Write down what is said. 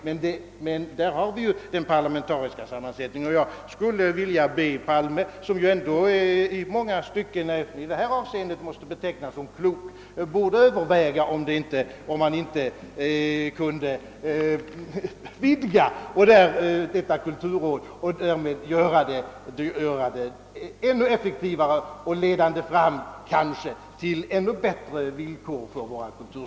Jag skulle vilja be herr Palme, som i detta avseende i många stycken måste betecknas som klok, att överväga om man inte kunde vidga kulturrådet och därmed göra det ännu effektivare, så att våra kulturskapare får ännu bättre villkor.